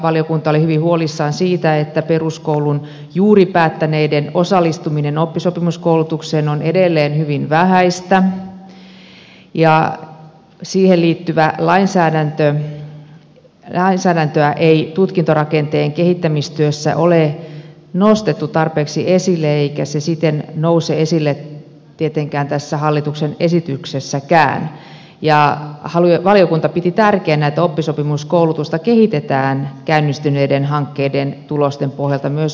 valiokunta oli hyvin huolissaan siitä että peruskoulun juuri päättäneiden osallistuminen oppisopimuskoulutukseen on edelleen hyvin vähäistä ja siihen liittyvää lainsäädäntöä ei tutkintorakenteen kehittämistyössä ole nostettu tarpeeksi esille eikä se siten nouse esille tietenkään tässä hallituksen esityksessäkään ja valiokunta piti tärkeänä että oppisopimuskoulutusta kehitetään käynnistyneiden hankkeiden tulosten pohjalta myös lainsäädäntöpohjaisesti